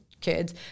kids